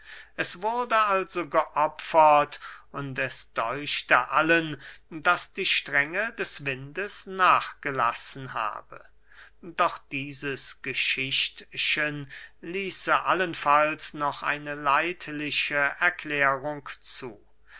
es wurde also geopfert und es däuchte allen daß die strenge des windes nachgelassen habe doch dieses geschichtchen ließe allenfalls noch eine leidliche erklärung zu